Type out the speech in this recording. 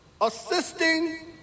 assisting